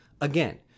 Again